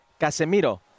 Casemiro